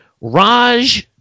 Raj